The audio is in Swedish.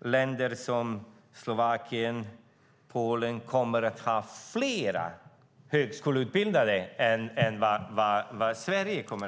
länder som Slovakien och Polen kommer att ha fler högskoleutbildade än vad Sverige kommer att ha.